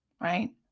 right